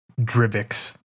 Drivix